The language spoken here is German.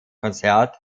konzert